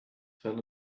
fell